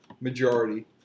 majority